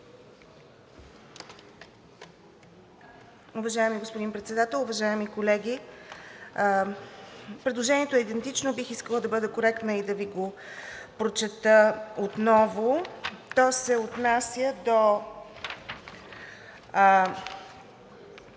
Уважаеми господин Председател, уважаеми колеги! Предложението ми е идентично. Бих искала да бъда коректна и да Ви го прочета отново. То се отнася до